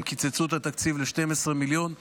הם קיצצו את התקציב ל-12 מיליון שקלים.